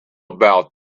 about